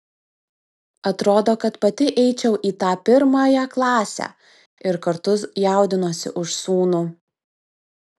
atrodo kad pati eičiau į tą pirmąją klasę ir kartu jaudinuosi už sūnų